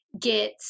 get